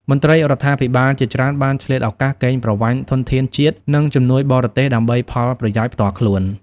មន្ត្រីរដ្ឋាភិបាលជាច្រើនបានឆ្លៀតឱកាសកេងប្រវ័ញ្ចធនធានជាតិ និងជំនួយបរទេសដើម្បីផលប្រយោជន៍ផ្ទាល់ខ្លួន។